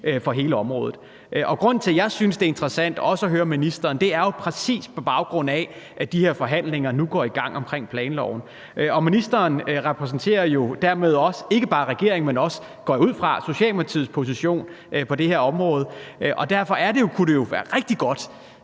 for hele området. Grunden til, at jeg synes, det er interessant at spørge ministeren, er præcis, fordi de her forhandlinger om planloven nu går i gang. Ministeren repræsenterer jo dermed ikke bare regeringens, men også – går jeg ud fra – Socialdemokratiets position på det her område. Derfor kunne det jo være rigtig godt,